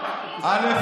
א.